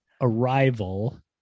Arrival